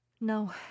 No